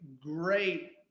great